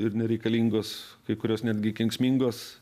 ir nereikalingos kai kurios netgi kenksmingos